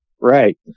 right